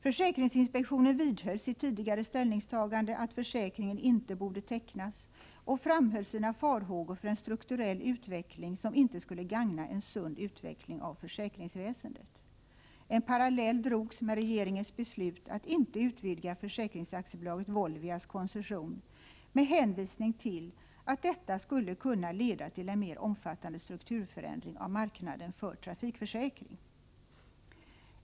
Försäkringsinspektionen vidhöll sitt tidigare ställningstagande att försäkringen inte borde tecknas och framhöll sina farhågor för en strukturell utveckling som inte skulle gagna en sund utveckling av försäkringsväsendet. En parallell drogs med regeringens beslut att inte utvidga försäkringsaktiebolaget Volvias koncession med hänvisning till att detta skulle kunna leda till en mer omfattande strukturförändring av marknaden för trafikförsäkringar.